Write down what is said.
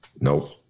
Nope